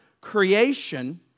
creation